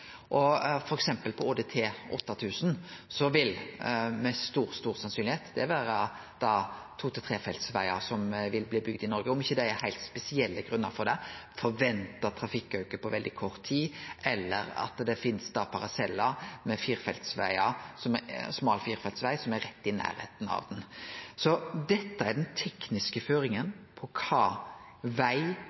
det på ÅDT 8 000 veldig sannsynleg at det vil vere to- og trefeltsvegar som vil bli bygde i Noreg, om det ikkje er heilt spesielle grunnar for det – forventa trafikkauke på veldig kort tid, eller at det finst parsellar med smal firefeltsveg som er rett i nærleiken. Så dette er den tekniske føringa på kva